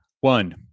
one